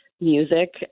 music